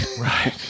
right